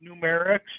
numerics